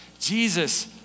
Jesus